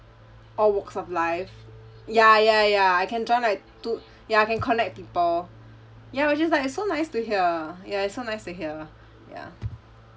all walks of life ya ya ya I can join like two ya I can connect people ya which is like so nice to hear ya it's so nice to hear ya